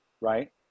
right